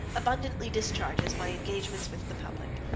abundantly discharges my engagements with the public.